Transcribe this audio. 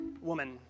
woman